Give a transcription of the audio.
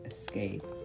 escape